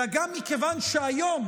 אלא גם מכיוון שהיום